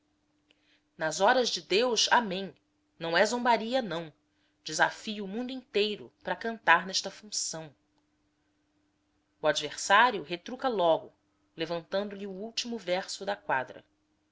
nas horas de deus amém não é zombaria não desafio o mundo inteiro pra cantar nesta função o adversário retruca logo levantando lhe o último verso da quadra